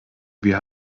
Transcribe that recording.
wir